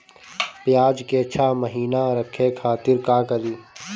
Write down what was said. प्याज के छह महीना रखे खातिर का करी?